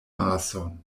mason